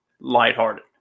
lighthearted